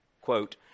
quote